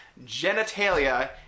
genitalia